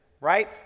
right